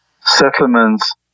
settlements